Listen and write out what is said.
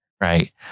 right